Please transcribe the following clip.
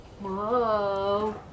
Whoa